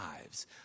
lives